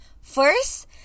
First